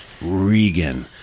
Regan